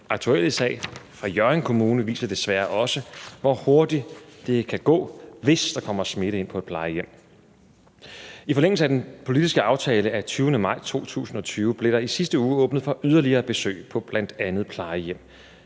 aktuelle sag fra Hjørring Kommune viser desværre også, hvor hurtigt det kan gå, hvis der kommer smitte ind på et plejehjem. I forlængelse af den politiske aftale af 20. maj 2020 blev der i sidste uge åbnet for yderligere besøg på bl.a. plejehjem.